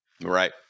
right